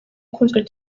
ukunzwe